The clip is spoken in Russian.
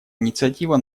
инициатива